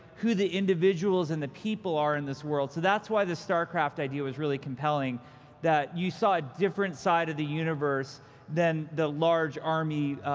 who the individuals and people are in this world. that's why the starcraft idea was really compelling that you saw a different side of the universe than the large army,